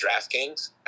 DraftKings